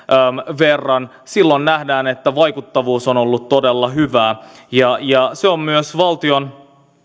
verran silloin nähdään että vaikuttavuus on ollut todella hyvää se on myös valtion